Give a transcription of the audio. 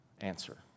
answer